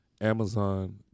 Amazon